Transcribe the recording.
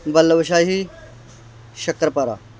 bulb ਸ਼ਾਹੀ ਸ਼ੱਕਰਪਾਰਾ